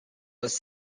was